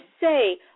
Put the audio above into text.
say